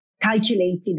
calculated